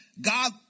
God